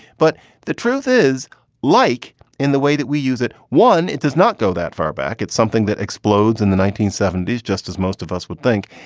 but the truth is like in the way that we use it. one, it does not go that far back. it's something that explodes in the nineteen seventy s, just as most of us would think.